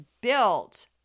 built